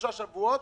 שלושה שבועות,